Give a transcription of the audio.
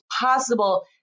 possible